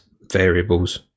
variables